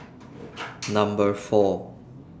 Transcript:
Number four